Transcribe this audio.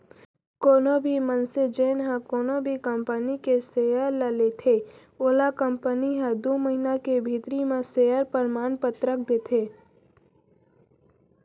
कोनो भी मनसे जेन ह कोनो भी कंपनी के सेयर ल लेथे ओला कंपनी ह दू महिना के भीतरी म सेयर परमान पतरक देथे